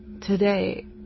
today